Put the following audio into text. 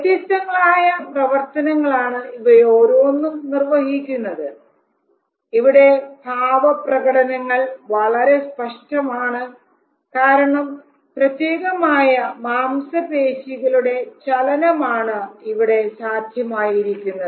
വ്യത്യസ്തങ്ങളായ പ്രവർത്തനങ്ങളാണ് ഇവയോരോന്നും നിർവഹിക്കുന്നത് ഇവിടെ ഭാവപ്രകടനങ്ങൾ വളരെ സ്പഷ്ടമാണ് കാരണം പ്രത്യേകമായ മാംസ പേശികളുടെ ചലനമാണ് ഇവിടെ സാധ്യമായിരിക്കുന്നത്